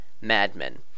madmen